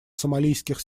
сомалийских